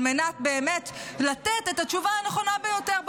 על מנת באמת לתת את התשובה הנכונה ביותר בו.